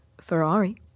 Ferrari